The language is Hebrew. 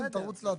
תרוץ לעתירה.